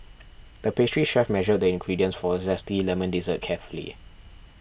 the pastry chef measured the ingredients for a Zesty Lemon Dessert carefully